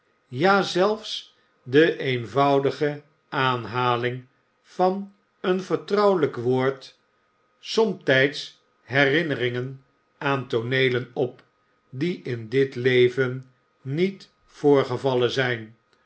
ja zelfs de eenvoudige aanhaling van een vertrouwelijk woord somtijds herinneringen aan tooneelen op die in dit leven niet voorgevallen zijn